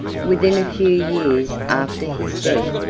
within a few years after his death,